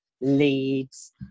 leads